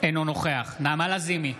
אינו נוכח נעמה לזימי,